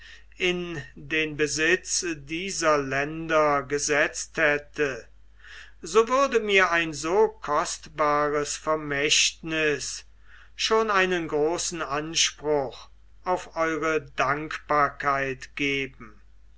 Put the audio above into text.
in den besitz dieser länder gesetzt hätte so würde mir ein so kostbares vermächtniß schon einen großen anspruch auf eure dankbarkeit geben